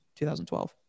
2012